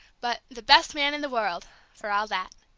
but the best man in the world for all that.